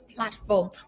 platform